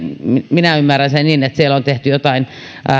minä ymmärrän sen niin että on tehty jotain